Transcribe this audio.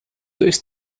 dois